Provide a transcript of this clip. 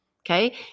okay